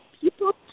people